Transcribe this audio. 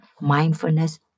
Mindfulness